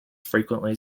frequently